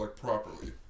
properly